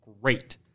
great